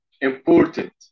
important